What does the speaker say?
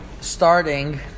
starting